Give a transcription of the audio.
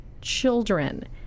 children